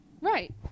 Right